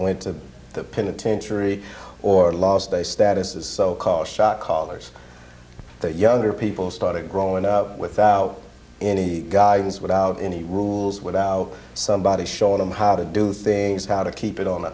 went to the penitentiary or lost their status as so called shot callers the younger people started growing up without any guidance without any rules without somebody showing them how to do things how to keep it on